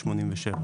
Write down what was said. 6987,